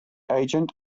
agent